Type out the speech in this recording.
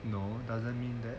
no doesn't mean that